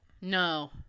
No